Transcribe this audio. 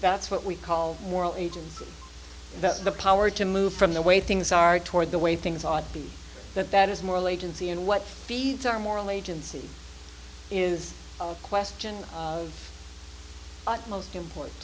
that's what we call moral agency that's the power to move from the way things are toward the way things ought to be that that is moral agency and what feeds our moral agency is a question of utmost importan